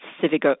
civic